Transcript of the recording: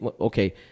okay